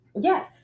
yes